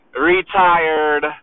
retired